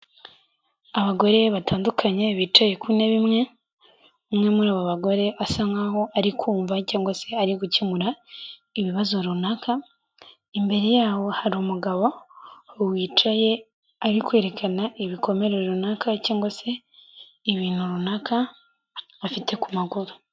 Abagore batandukanye bicaye ku ntebe imwe umwe muri abo bagore asa nkaho ari kumva cyangwa se ari gukemura ibibazo runaka, imbere yaho hari umugabo wicaye ari kwerekana ibikomere runaka cyangwa se ibintu runaka afite ku maguru.